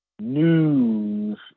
news